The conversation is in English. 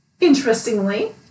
Interestingly